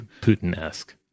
Putin-esque